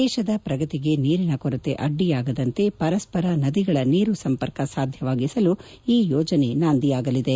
ದೇಶದ ಪ್ರಗತಿಗೆ ನೀರಿನ ಕೊರತೆ ಅಡ್ಡಿಯಾಗದಂತೆ ಪರಸ್ಸರ ನದಿಗಳ ನೀರು ಸಂಪರ್ಕ ಸಾಧ್ಯವಾಗಿಸಲು ಈ ಯೋಜನೆ ನಾಂದಿಯಾಗಲಿದೆ